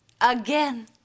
again